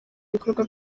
ibikorwa